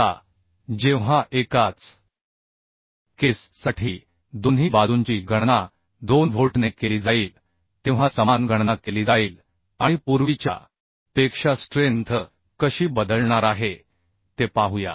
आता जेव्हा एकाच केस साठी दोन्ही बाजूंची गणना 2 व्होल्टने केली जाईल तेव्हा समान गणना केली जाईल आणि पूर्वीच्या पेक्षा स्ट्रेंथ कशी बदलणार आहे ते पाहूया